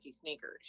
sneakers